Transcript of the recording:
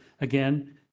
again